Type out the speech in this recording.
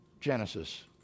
Genesis